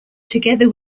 together